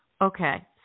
Okay